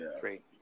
Great